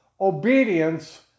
obedience